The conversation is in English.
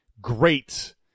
great